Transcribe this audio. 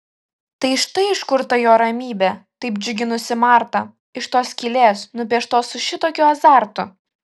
tai štai iš kur ta jo ramybė taip džiuginusi martą iš tos skylės nupieštos su šitokiu azartu